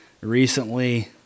recently